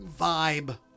vibe